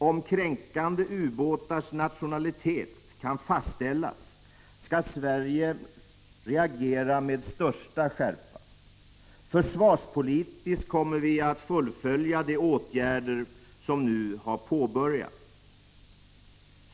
Om kränkande ubåtars nationalitet 29 kan fastställas skall Sverige reagera med största skärpa. Försvarspolitiskt kommer vi att fullfölja de åtgärder som nu har påbörjats.